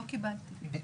לא קיבלתי.